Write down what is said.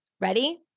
Ready